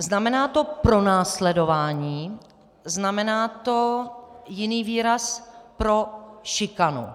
Znamená to pronásledování, znamená to jiný výraz pro šikanu.